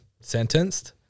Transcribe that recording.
sentenced